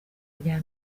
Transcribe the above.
rya